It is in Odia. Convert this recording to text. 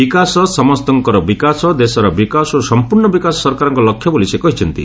ବିକାଶ ସମସ୍ତଙ୍କର ବିକାଶ ଦେଶର ବିକାଶ ଓ ସମ୍ପର୍ଷ୍ଣ ବିକାଶ ସରକାରଙ୍କ ଲକ୍ଷ୍ୟ ବୋଲି ସେ କହିଛନ୍ତି